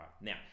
now